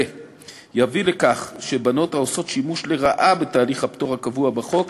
יביא לכך שבנות העושות שימוש לרעה בתהליך הפטור הקבוע בחוק